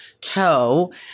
Toe